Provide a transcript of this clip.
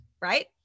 right